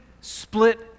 split